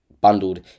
bundled